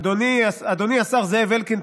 אדוני השר זאב אלקין,